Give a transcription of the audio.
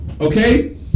okay